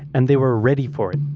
and they were ready for it.